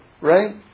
Right